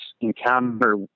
encounter